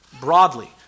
broadly